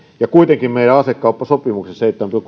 ja kuitenkin meidän asekauppasopimuksen